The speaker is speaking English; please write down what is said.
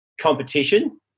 competition